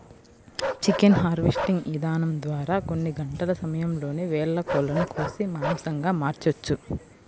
chicken harvesting ఇదానం ద్వారా కొన్ని గంటల సమయంలోనే వేల కోళ్ళను కోసి మాంసంగా మార్చొచ్చు